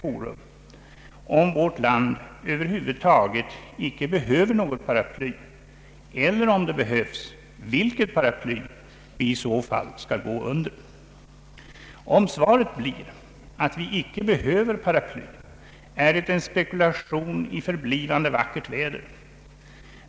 forum, om vårt land över huvud taget icke behöver något paraply eller, om det behövs, vilket paraply vi i så fall skall gå under. Om svaret blir att vi icke behöver paraply, är det en spekulation i förblivande vackert väder.